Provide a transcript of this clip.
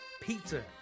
pizza